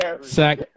Sack